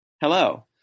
Hello